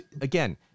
again